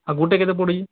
ଆଉ ଗୋଟେ କେତେ ପଡ଼ୁଛି